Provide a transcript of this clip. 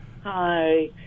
Hi